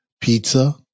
pizza